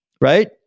right